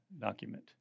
document